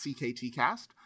CKTcast